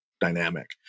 dynamic